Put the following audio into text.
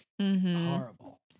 Horrible